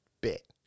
bit